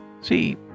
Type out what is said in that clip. See